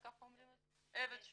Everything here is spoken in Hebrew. מי עבד שלה,